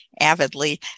avidly